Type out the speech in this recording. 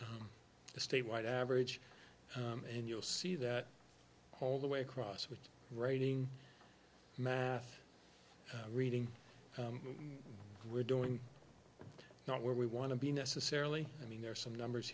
statewide average and you'll see that all the way across with writing math reading we're doing not where we want to be necessarily i mean there are some numbers